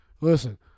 Listen